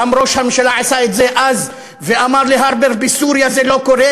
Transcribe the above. גם ראש הממשלה עשה את זה אז ואמר להרפר שבסוריה זה לא קורה,